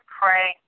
pray